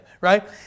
right